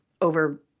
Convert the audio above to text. over